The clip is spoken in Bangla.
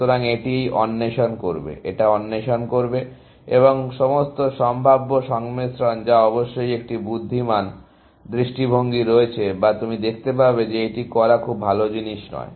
সুতরাং এটি এই অন্বেষণ করবে এটা অন্বেষণ করবে এবং সমস্ত সম্ভাব্য সংমিশ্রণ যা অবশ্যই একটি বুদ্ধিমান দৃষ্টিভঙ্গি রয়েছে বা তুমি দেখতে পাবে যে এটি করা খুব ভালো জিনিস নয়